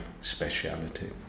speciality